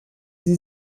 sie